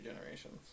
generations